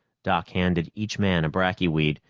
doc handed each man a bracky weed,